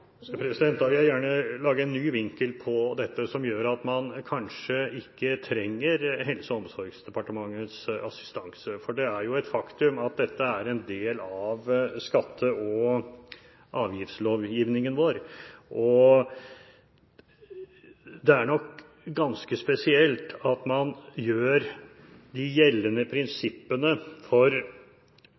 vil gjerne lage en ny vinkling på dette, slik at man kanskje ikke trenger Helse- og omsorgsdepartementets assistanse: Det er jo et faktum at dette er en del av skatte- og avgiftslovgivningen vår, og det er ganske spesielt at man gjør de gjeldende prinsippene for